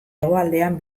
hegoaldean